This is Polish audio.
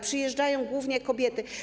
Przyjeżdżają głównie kobiety.